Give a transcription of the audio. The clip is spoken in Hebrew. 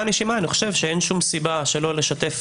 נשימה אני חושב שאין שום סיבה לא לשתף